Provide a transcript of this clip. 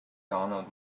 donald